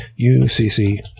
UCC